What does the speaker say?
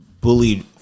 bullied